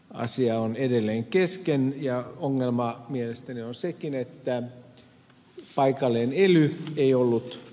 asia on edelleen kesken ja ongelma mielestäni on sekin että paikallisella elyllä ei ollut